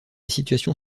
situation